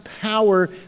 power